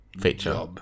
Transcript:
feature